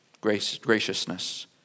graciousness